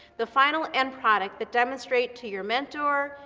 the final end product that demonstrate to your mentor,